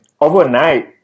Overnight